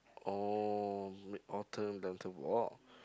oh Mid Autumn then to walk